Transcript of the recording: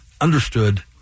understood